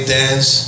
dance